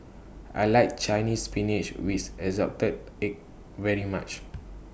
I like Chinese Spinach with Assorted Eggs very much